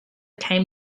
came